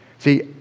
See